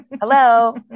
hello